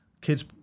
kids